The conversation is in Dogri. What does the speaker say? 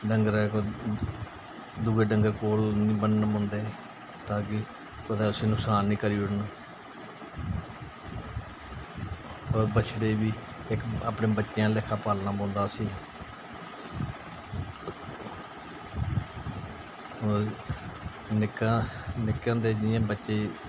डंगरें कोल दूए डंगर कोल निं बनना पौंदे ताकि कुतै उसी नुकसान निं करी ओड़न होर बछड़े गी बी इक अपने बच्चें आह्ला लेखा पालना पौंदा उसी होर निक्के निक्के होंदे जियां बच्चे गी